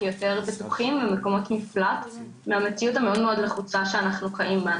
כיותר בטוחים ומקומות מפלט מהמציאות המאוד מאוד לחוצה שאנחנו חיים בה.